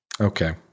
Okay